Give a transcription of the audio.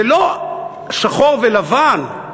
זה לא שחור ולבן.